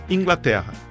Inglaterra